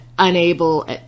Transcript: unable